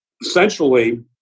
essentially